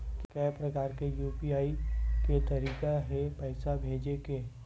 के प्रकार के यू.पी.आई के तरीका हे पईसा भेजे के?